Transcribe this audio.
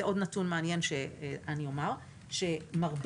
עוד נתון מעניין שאני אומר הוא שמרבית